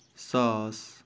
ساس